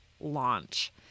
launch